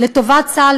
לטובת צה"ל,